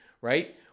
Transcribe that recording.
right